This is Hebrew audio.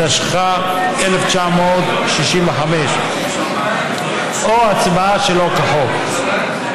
התשכ"ה 1965, או הצבעה שלא כחוק.